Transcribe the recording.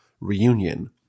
reunion